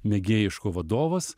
mėgėjiško vadovas